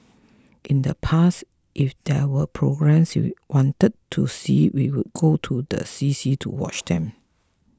in the past if there were programmes we wanted to see we would go to the C C to watch them